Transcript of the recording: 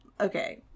okay